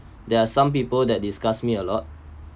there are some people that disgusts me a lot